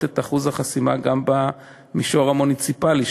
את אחוז החסימה גם במישור המוניציפלי,